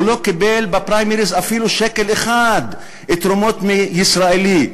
הוא לא קיבל בפריימריז אפילו שקל אחד תרומה מישראלי.